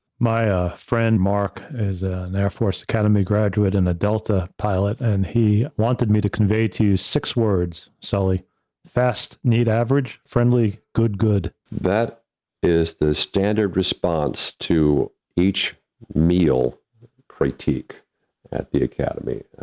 my ah friend, mark is an air force academy graduate and a delta pilot and he wanted me to convey to you six words, sully fast, neat, average, friendly, good, good. that is the standard response to each meal critique at the academy.